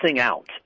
out